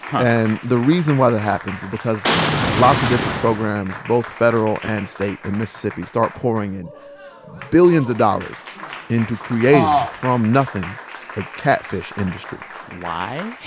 and the reason why that happens is because lots of different programs, both federal and state in mississippi, start pouring in billions of dollars into creating from nothing a catfish industry why?